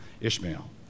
Ishmael